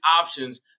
options